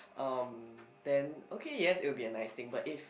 um then okay yes it would be a nice thing but if